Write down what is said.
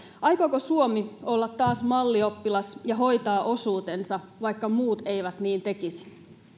aikooko suomi olla taas mallioppilas ja hoitaa osuutensa vaikka muut eivät niin tekisi